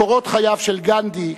קורות חייו של גנדי,